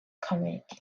community